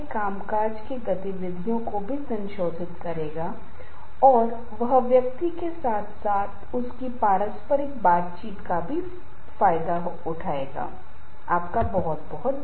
मैं कुछ दस्तावेजों को भी संलग्न करूंगा कि आप पश्चिमी के साथ साथ पूर्वी में भी कैसे तनाव का प्रबंधन कर सकते हैं